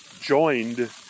joined